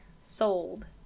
sold